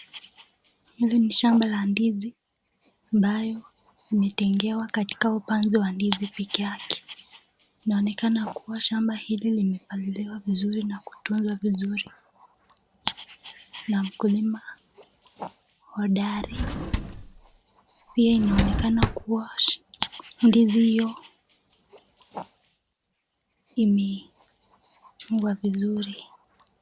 Hili ni shamba la ndizi ambayo imetengewa katika upanzi wa ndizi peke yake. Inaonekana kuwa shamba hili limepaliliwa vizuri na kutunzwa vizuri na mkulima hodari. Pia inaonekana kuwa ndizi hiyo imechungwa vizuri.